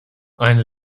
eine